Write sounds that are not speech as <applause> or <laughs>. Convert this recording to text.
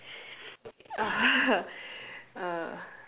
uh <laughs> uh